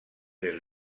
del